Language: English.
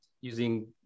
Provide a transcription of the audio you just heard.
using